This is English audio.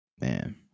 Man